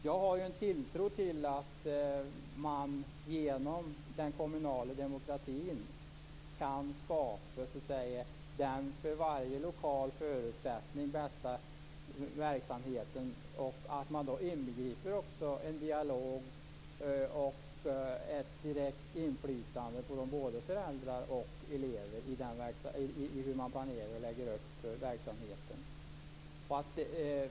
Jag har en tilltro till att man genom den kommunala demokratin kan skapa den för alla lokala förutsättningar bästa verksamheten som inbegriper en dialog och ett direkt inflytande för både föräldrar och elever i hur man planerar och lägger upp verksamheten.